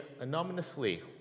anonymously